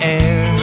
air